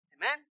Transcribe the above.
Amen